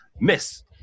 Miss